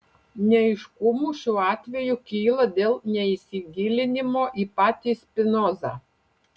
neaiškumų šiuo atveju kyla dėl neįsigilinimo į patį spinozą